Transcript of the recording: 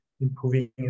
improving